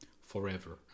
forever